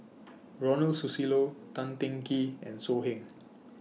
Ronald Susilo Tan Teng Kee and So Heng